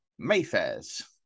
Mayfairs